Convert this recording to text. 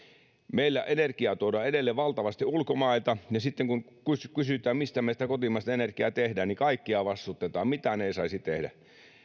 meillä energiaa tuodaan edelleen valtavasti ulkomailta ja sitten kun kun kysytään mistä me sitä kotimaista energiaa teemme niin kaikkea vastustetaan mitään ei saisi tehdä